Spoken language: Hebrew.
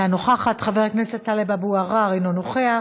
אינה נוכחת, חבר הכנסת טלב אבו עראר, אינו נוכח,